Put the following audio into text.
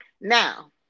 Now